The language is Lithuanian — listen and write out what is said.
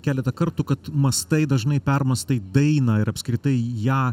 keletą kartų kad mąstai dažnai permąstai dainą ir apskritai ją